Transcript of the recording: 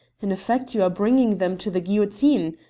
in effect you are bringing them to the guillotine.